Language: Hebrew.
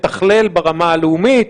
מתכלל ברמה הלאומית,